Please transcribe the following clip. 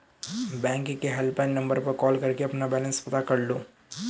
bank के helpline number पर call करके अपना बैलेंस पता कर लो